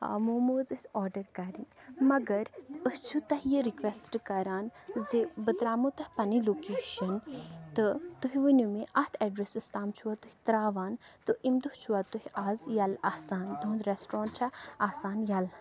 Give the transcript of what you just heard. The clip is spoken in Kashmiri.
موموز أسۍ آرڈَر کَرٕنۍ مگر أسۍ چھِ تۄہہِ یہِ رِکوٮ۪سٹہٕ کَران زِ بہٕ ترٛامو تۄہہِ پَنٕنۍ لوکیشَن تہٕ تُہۍ ؤنِو مےٚ اَتھ اٮ۪ڈرَسَس تام چھُوا تُہۍ ترٛاوان تہٕ اَیٚمہِ دۄہ چھُوا تُہۍ آز یَلہٕ آسان تُہُنٛد رٮ۪سٹورنٛٹ چھا آسان یَلہٕ